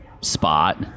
spot